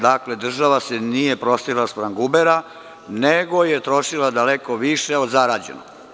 Dakle, država se nije prostrla spram gubera, nego je trošila daleko više od zarađenog.